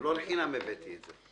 ולא לחינם הבאתי את זה.